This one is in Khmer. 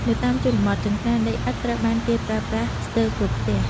នៅតាមជនបទ ចង្ក្រានដីឥដ្ឋត្រូវបានគេប្រើប្រាស់ស្ទើរគ្រប់ផ្ទះ។